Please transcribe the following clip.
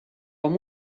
amb